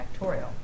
factorial